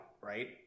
Right